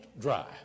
dry